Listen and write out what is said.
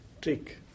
trick